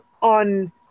on